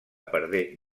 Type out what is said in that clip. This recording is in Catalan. perdé